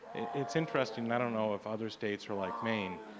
it's interesting. i don't know if other states are like maine,